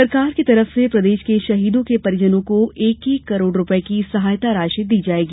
सरकार की तरफ से प्रदेश के शहीदों के परिवारजनों को एक एक करोड़ रूपये की सहायता राशि दी जायेगी